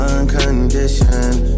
Unconditioned